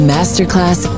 Masterclass